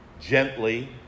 gently